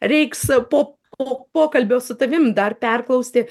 reiks po po pokalbio su tavim dar perklausti